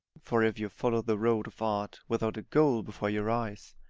for if you follow the road of art without a goal before your eyes,